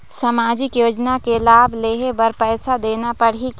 सामाजिक योजना के लाभ लेहे बर पैसा देना पड़ही की?